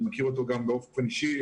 אני גם מכיר אותו באופן אישי.